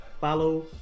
follow